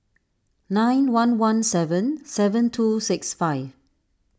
nine one one seven seven two six five